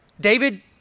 David